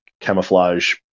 Camouflage